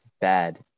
bad